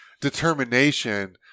determination